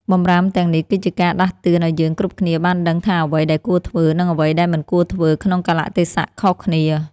បម្រាមទាំងនេះ គឺ ជាការដាស់តឿនឱ្យយើងគ្រប់គ្នាបានដឹងថាអ្វីដែលគួរធ្វើ និងអ្វីដែលមិនគួរធ្វើក្នុងកាលៈទេសៈខុសគ្នា។